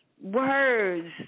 words